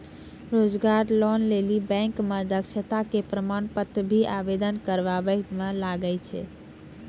रोजगार लोन लेली बैंक मे दक्षता के प्रमाण पत्र भी आवेदन करबाबै मे लागै छै?